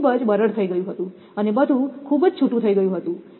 તે ખૂબ જ બરડ થઈ ગયું હતું અને બધું ખૂબ જ છૂટું થઈ ગયું હતું